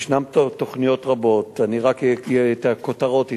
ישנן תוכניות רבות, אני רק את הכותרות אתן,